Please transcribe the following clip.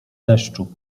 deszczu